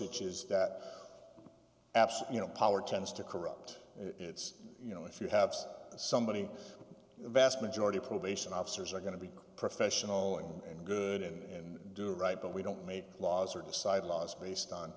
which is that absa you know power tends to corrupt it's you know if you have somebody the vast majority of probation officers are going to be professional and good and do right but we don't make laws or decide laws based on